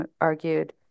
argued